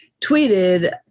tweeted